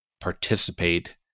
participate